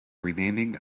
renaming